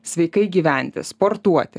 sveikai gyventi sportuoti